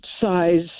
size